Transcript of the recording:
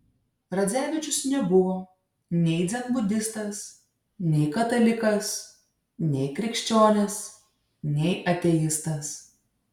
radzevičius nebuvo nei dzenbudistas nei katalikas nei krikščionis nei ateistas